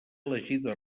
elegida